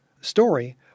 story